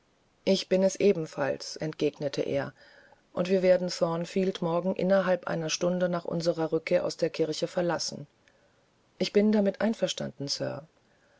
ich bin es ebenfalls entgegnete er ich habe alles geordnet und wir werden thornfield morgen innerhalb einer stunde nach unserer rückkehr aus der kirche verlassen ich bin damit einverstanden sir